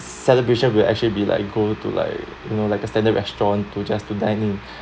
celebrations will actually be like go to like you know like a standard restaurant to just to dine in